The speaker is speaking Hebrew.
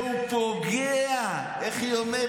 זה פוגע, איך היא אומרת?